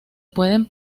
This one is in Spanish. pueden